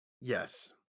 Yes